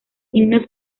himnos